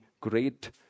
great